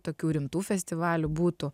tokių rimtų festivalių būtų